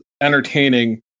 entertaining